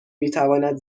میتواند